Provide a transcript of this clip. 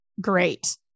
great